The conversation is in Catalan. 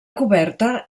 coberta